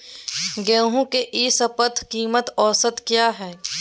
गेंहू के ई शपथ कीमत औसत क्या है?